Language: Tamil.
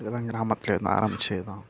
இதெலாம் கிராமத்துலேருந்து ஆரம்மித்ததுதான்